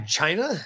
China